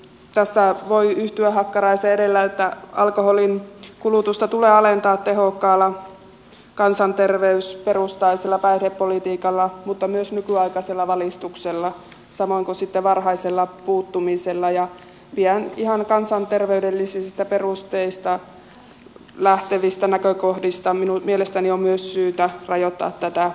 tässä voi yhtyä hakkaraiseen edellä että alkoholinkulutusta tulee alentaa tehokkaalla kansanterveysperustaisella päihdepolitiikalla mutta myös nykyaikaisella valistuksella samoin kuin sitten varhaisella puuttumisella ja ihan kansanterveydellisistä perusteista lähtevistä näkökohdista mielestäni on myös syytä rajoittaa tätä